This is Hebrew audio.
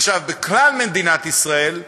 עכשיו, בכלל מדינת ישראל,